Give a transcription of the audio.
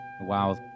Wow